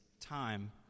time